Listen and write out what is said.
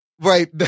Right